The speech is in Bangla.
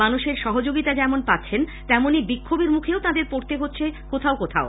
মানুষের সহযোগিতা যেমন পাচ্ছেন তেমনই বিক্ষোভের মুখেও তাঁদের পড়তে হচ্ছে কোথাও কোথাও